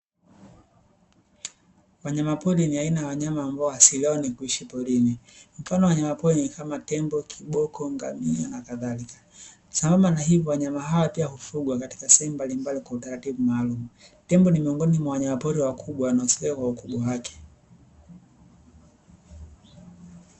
Wanyamapori ni aina ya wanyama ambao asili yao ni kuishi porini, mfano wa wanyamapori ni kama: tembo, kiboko, ngamia na kadhalika. Sambamba na hilo wanyama hawa hufugwa pia katika sehemu mbalimbali kwa utaratibu maalumu. Tembo ni miongoni mwa wanyamapori wakubwa wanaosifika kwa ukubwa wake.